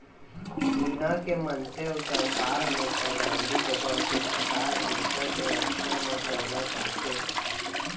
इहॉं के मनसे अउ सरकार हमेसा गांधी बबा के बताए अहिंसा के रस्ता म चलना चाहथें